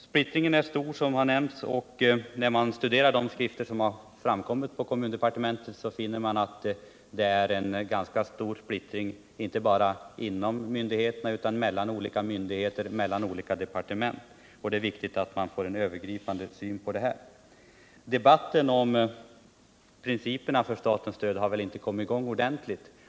Splittringen är, som nämnts, stor, och när man studerar de skrifter som framkommit inom kommundepartementet finner man att det råder en ganska stor splittring inte bara inom myndigheterna utan också mellan olika myndigheter och mellan olika departement. Därför är det viktigt att man får en övergripande hantering av dessa frågor. Debatten om principerna för statens stöd har väl inte kommit i gång ordentligt.